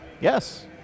Yes